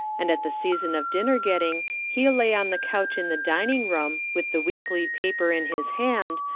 and at the season of dinner-getting he lay on the couch in the dining-room, with the weekly paper in his hand,